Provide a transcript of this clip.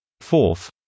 Fourth